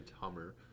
Hummer